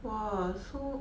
!wah! so